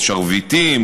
שרביטים,